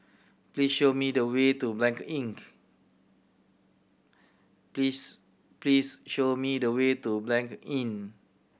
please show me the way to Blanc Inn